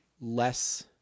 less